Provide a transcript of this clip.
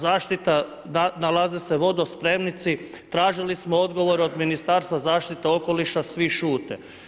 Zaštita, nalaze se vodospremnici, tražili smo odgovor od Ministarstva zaštite okoliša, svi šute.